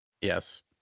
Yes